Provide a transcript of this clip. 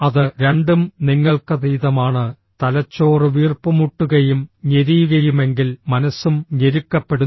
അത് രണ്ടും നിങ്ങൾക്കതീതമാണ് തലച്ചോറ് വീർപ്പുമുട്ടുകയും ഞെരിയുകയുമെങ്കിൽ മനസ്സും ഞെരുക്കപ്പെടുന്നു